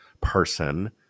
person